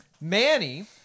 Manny